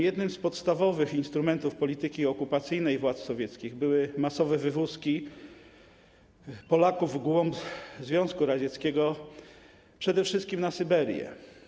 Jednym z podstawowych instrumentów polityki okupacyjnej władz sowieckich były masowe wywózki Polaków w głąb Związku Radzieckiego, przede wszystkim na Syberię.